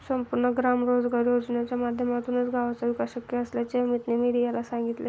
संपूर्ण ग्राम रोजगार योजनेच्या माध्यमातूनच गावाचा विकास शक्य असल्याचे अमीतने मीडियाला सांगितले